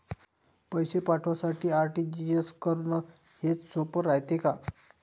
पैसे पाठवासाठी आर.टी.जी.एस करन हेच सोप रायते का?